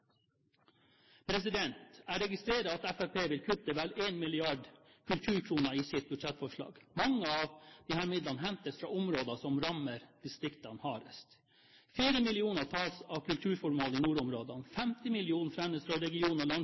Jeg registrerer at Fremskrittspartiet i sitt budsjettforslag vil kutte vel 1 mrd. kulturkroner. Mange av disse midlene hentes fra områder som rammer distriktene hardest. 4 mill. kr tas av kulturformål i nordområdene, 50